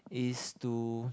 is to